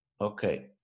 Okay